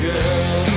Girl